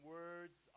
words